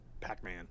Pac-Man